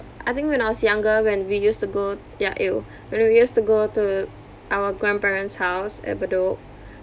I think when I was younger when we used to go ya !eww! when we used to go to our grandparents' house at bedok